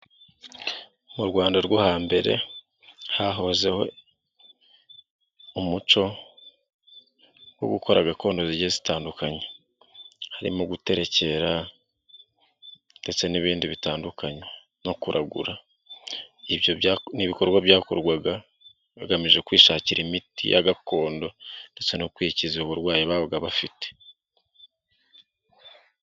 Mu Rwanda rwo hambere hahozeho umuco wo gukora gakondo zigiye zitandukanye, harimo guterekera ndetse n'ibindi bitandukanye no kuragura, n'ibikorwa byakorwaga bagamije kwishakira imiti ya gakondo ndetse no kwikiza uburwayi babaga bafite.